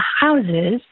houses